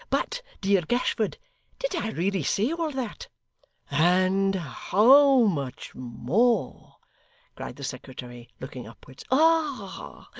but dear gashford did i really say all that and how much more cried the secretary, looking upwards. ah!